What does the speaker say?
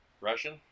Russian